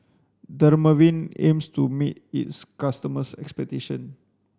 dermaveen aims to meet its customers' expectation